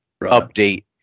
update